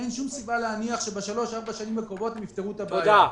אין שום סיבה להניח שבשלוש ארבע השנים הקרובות הם יפתרו את הבעיה.